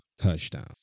touchdown